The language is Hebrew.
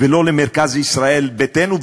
ולא למרכז ישראל ביתנו,